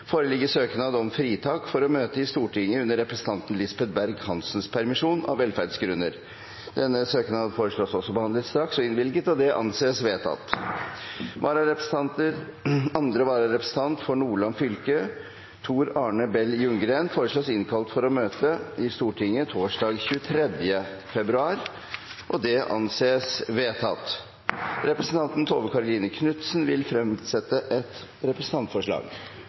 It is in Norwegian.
foreligger søknad om fritak for å møte i Stortinget under representanten Lisbeth Berg-Hansens permisjon, av velferdsgrunner. Etter forslag fra presidenten ble enstemmig besluttet: Søknaden behandles straks og innvilges. Andre vararepresentant for Nordland fylke, Tor Arne Bell Ljunggren, innkalles for å møte i Stortinget torsdag 23. februar. Representanten Tove Karoline Knutsen vil fremsette et representantforslag.